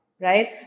Right